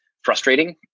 frustrating